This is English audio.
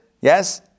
Yes